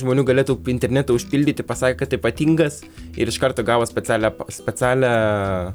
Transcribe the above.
žmonių galėtų internetu užpildyti pasakę kad ypatingas ir iš karto gavo specialią specialią